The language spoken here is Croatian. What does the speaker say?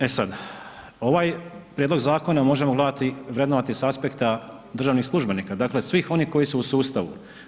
E sad, ovaj prijedlog zakona možemo gledati, vrednovati s aspekta državnih službenika, dakle svim onih koji su u sustavu.